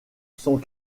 sont